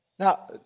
Now